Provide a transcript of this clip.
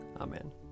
Amen